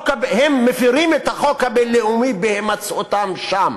הם מפרים את החוק הבין-לאומי בהימצאותם שם.